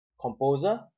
composer